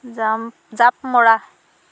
জাঁপ মৰা